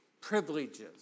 privileges